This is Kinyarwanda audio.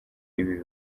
ibi